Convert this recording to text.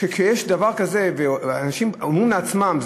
שכשיש דבר כזה אנשים אומרים לעצמם,